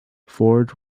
ford